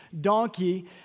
donkey